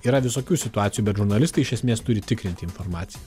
yra visokių situacijų bet žurnalistai iš esmės turi tikrinti informaciją